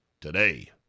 today